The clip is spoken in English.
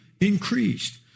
increased